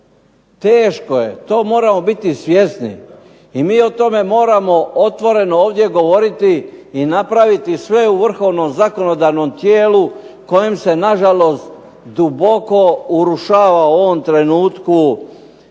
Teško je, toga moramo biti svjesni i mi o tome moramo otvoreno ovdje govoriti i napraviti sve u vrhovnom zakonodavnom tijelu u kojem se na žalost duboko urušava u ovom trenutku,